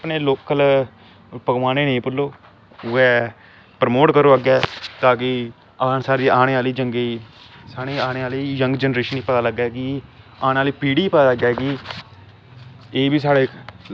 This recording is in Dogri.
अपने लोकल पकवाने नेंई पर लोक उऐ परमोट करो अग्गै कि आने आह्ली साढ़ी आने आह्ली जंग जनरेशन गी पता लग्गै कि आने आह्ली पीढ़ी गी पता लग्गै कि एह् बी साढ़ा इक